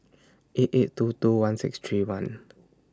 eight eight two two one six three one